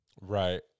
right